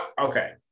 okay